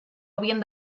havien